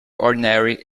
ordinary